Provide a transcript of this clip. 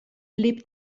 lebt